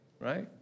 right